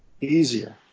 easier